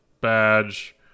badge